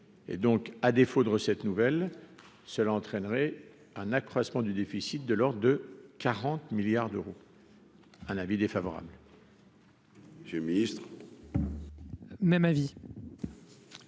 et donc, à défaut de recettes nouvelles, cela entraînerait un accroissement du déficit de l'ordre de 40 milliards d'euros, un avis défavorable. J'ai Ministre même avis.